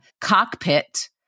cockpit